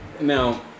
Now